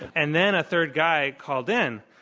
and then a third guy called in,